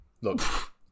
Look